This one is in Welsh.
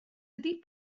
ydy